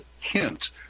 hint